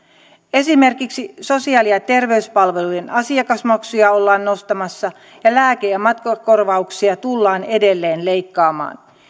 esimerkiksi sosiaali ja terveyspalvelujen asiakasmaksuja ollaan nostamassa lääke ja matkakorvauksia tullaan edelleen leikkaamaan